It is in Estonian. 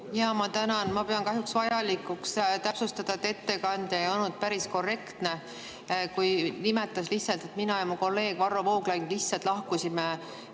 Jaa, ma tänan! Ma pean kahjuks vajalikuks täpsustada, et ettekandja ei olnud päris korrektne, kui nimetas, et mina ja mu kolleeg Varro Vooglaid lihtsalt lahkusime